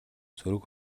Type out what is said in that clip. сөрөг